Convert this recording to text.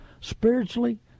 spiritually